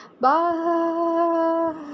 Bye